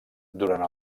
durant